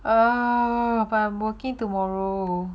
oh but I'm working tomorrow